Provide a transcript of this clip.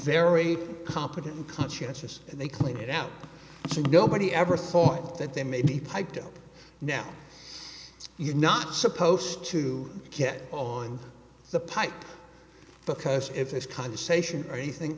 very competent conscientious and they cleaned it out so nobody ever thought that they may be piped up now you're not supposed to get on the pipe because if it's conversation or anything